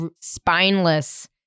spineless